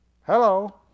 Hello